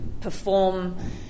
perform